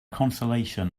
consolation